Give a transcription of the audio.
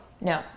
No